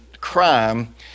crime